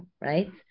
right